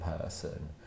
person